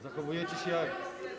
Zachowujecie się jak.